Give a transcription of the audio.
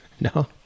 No